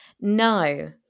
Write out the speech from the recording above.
No